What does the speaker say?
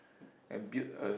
and build a